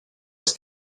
aus